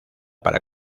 para